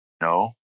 No